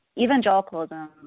evangelicalism